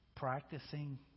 practicing